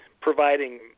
providing